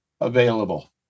available